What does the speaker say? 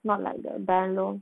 not like the bryan low